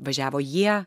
važiavo jie